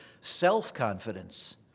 self-confidence